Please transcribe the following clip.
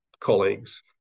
colleagues